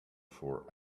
for